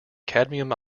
cadmium